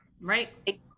right